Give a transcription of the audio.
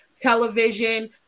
television